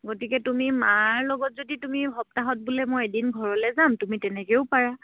গতিকে তুমি মাৰ লগত যদি তুমি সপ্তাহত বোলে মই এদিন ঘৰলে যাম তুমি তেনেকেও পাৰা